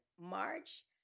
March